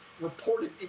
reported